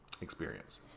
experience